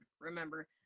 remember